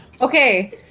Okay